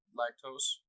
lactose